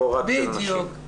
לא רק של נשים.